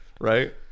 Right